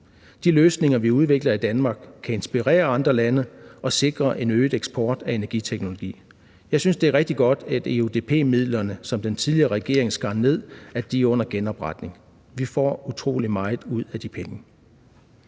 De løsninger, vi udvikler i Danmark, kan inspirere andre lande og sikre en øget eksport af energiteknologi. Jeg synes, det er rigtig godt, at EUDP-midlerne, som den tidligere regering skar ned på, er under genopretning. Vi får utrolig meget ud af de penge.